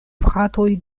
fratoj